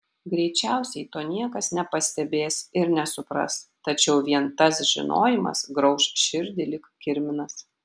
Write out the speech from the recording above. greičiausiai to niekas nepastebės ir nesupras tačiau vien tas žinojimas grauš širdį lyg kirminas